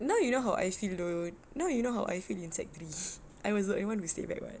now you know how I feel dude now you know how I feel in sec three I was the only one who stay back [what]